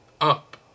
Up